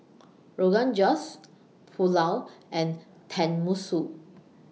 Rogan Josh Pulao and Tenmusu